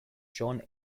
john